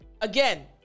Again